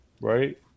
right